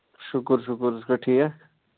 شُکُرشُکُر ژٕ چھُکھا ٹھیٖک